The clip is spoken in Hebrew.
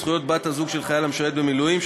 זכויות בת-הזוג של חייל המשרת במילואים),